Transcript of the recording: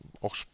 auch